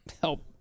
Help